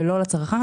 ולא לצרכן,